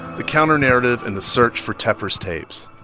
the counternarrative and the search for tepper's tapes,